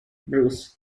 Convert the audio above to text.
bruce